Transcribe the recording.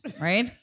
Right